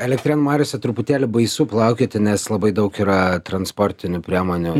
elektrėnų mariose truputėlį baisu plaukioti nes labai daug yra transportinių priemonių